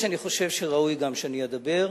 אני חושב שראוי שגם אני אדבר.